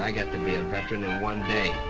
i got to be a veteran in one day.